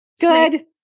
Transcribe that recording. Good